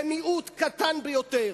זה מיעוט קטן ביותר.